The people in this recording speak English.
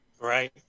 right